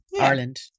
ireland